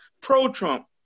pro-Trump